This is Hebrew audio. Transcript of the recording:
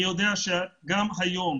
אני יודע שגם היום,